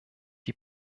die